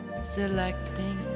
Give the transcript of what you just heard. Selecting